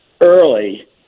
early